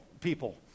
people